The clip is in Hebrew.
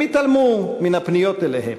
הם התעלמו מן הפניות אליהם,